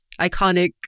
iconic